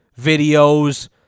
videos